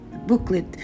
booklet